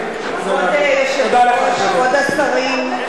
כבוד השרים,